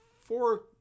four